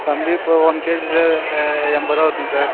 கம்பி இப்போ one kg sir எண்பது ஆகுதுங்க சார்